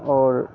और